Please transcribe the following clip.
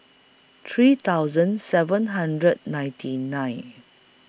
three thousand seven hundred ninety nine